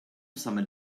summer